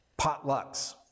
potlucks